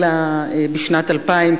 אלא בשנת 2000,